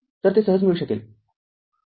तर ते सहज मिळू शकेल